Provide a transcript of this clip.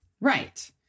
Right